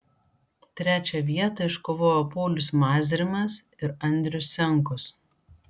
trečią vietą iškovojo paulius mazrimas ir andrius senkus